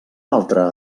altre